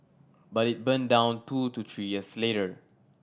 but it burned down two to three years later